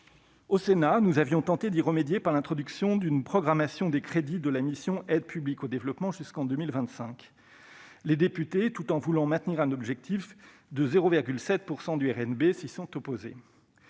Au Sénat, nous avions tenté d'y remédier par l'introduction d'une programmation des crédits de la mission « Aide publique au développement » jusqu'en 2025. Les députés, tout en voulant maintenir un objectif de 0,7 % du RNB en 2025, s'y sont opposés.